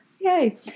Yay